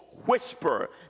Whisper